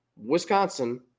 Wisconsin